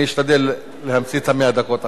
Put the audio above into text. אני אשתדל להמציא את 100 הדקות עכשיו.